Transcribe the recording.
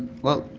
well,